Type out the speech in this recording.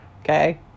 okay